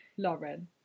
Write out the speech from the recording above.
Lauren